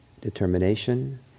determination